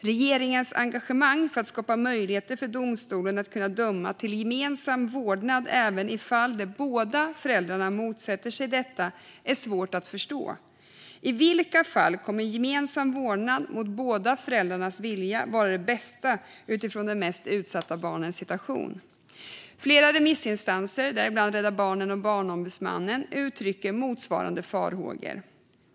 Regeringens engagemang för att skapa möjligheter för domstolar att döma till gemensam vårdnad även i fall där båda föräldrarna motsätter sig detta är svårt att förstå. I vilka fall kommer gemensam vårdnad mot båda föräldrarnas vilja att vara det bästa, sett till de mest utsatta barnens situation? Flera remissinstanser, däribland Rädda Barnen och Barnombudsmannen, uttrycker motsvarande farhågor.